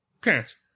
parents